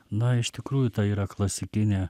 na iš tikrųjų tai yra klasikinė